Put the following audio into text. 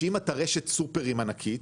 שאם אתה רשת סופרים ענקית,